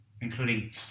including